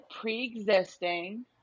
pre-existing